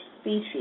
species